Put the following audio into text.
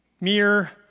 mere